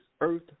earth